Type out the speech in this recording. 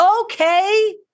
Okay